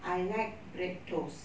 I like bread toast